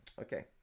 Okay